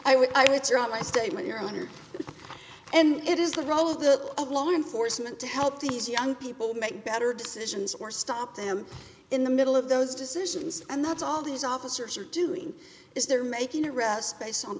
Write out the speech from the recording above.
out my statement your letters and it is the role of the law enforcement to help these young people make better decisions or stop them in the middle of those decisions and that's all these officers are doing is they're making arrest based on